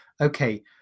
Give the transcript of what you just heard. okay